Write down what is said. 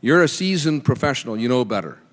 you're a seasoned professional you know better